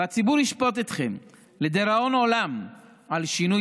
והציבור ישפוט אתכם לדיראון עולם על שינוי